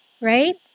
Right